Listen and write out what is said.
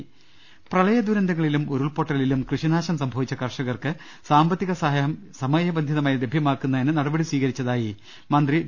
രുട്ട്ട്ട്ട്ട്ട്ട്ട പ്രളയദുരന്തങ്ങളിലും ഉരുൾപൊട്ടലിലും കൃഷിനാശം സംഭവിച്ച കർഷ കർക്ക് സാമ്പത്തിക സഹായം സമയബന്ധിതമായി ലഭ്യമാക്കുന്നതിന് നട പടി സ്വീകരിച്ചതായി മന്ത്രി വി